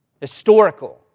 Historical